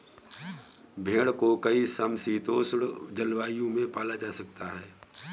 भेड़ को कई समशीतोष्ण जलवायु में पाला जा सकता है